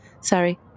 sorry